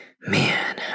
Man